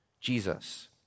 Jesus